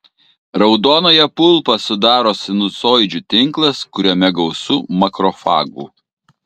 raudonąją pulpą sudaro sinusoidžių tinklas kuriame gausu makrofagų